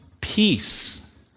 peace